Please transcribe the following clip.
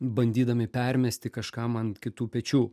bandydami permesti kažkam ant kitų pečių